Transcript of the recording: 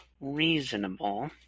reasonable